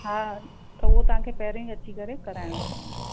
हा त उहो तव्हांखे पहिरों ई अची करे कराइणो पवंदो